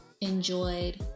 enjoyed